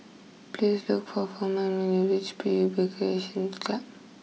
please look for Furman when you reach P U B Recreation Club